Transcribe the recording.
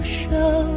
show